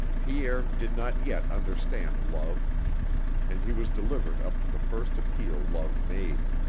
pierre did not yet understand love and he was delivered up to the first appeal love made.